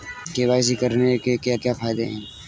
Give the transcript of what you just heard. KYC करने के क्या क्या फायदे हैं?